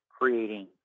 creating